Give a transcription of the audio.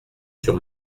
sur